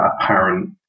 apparent